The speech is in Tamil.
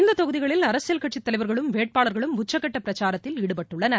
இந்த தொகுதிகளில் அரசியல் கட்சித் தலைவர்களும் வேட்பாளர்களும் உச்சக்கட்ட பிரச்சாரத்தில் ஈடுபட்டுள்ளனர்